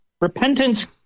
Repentance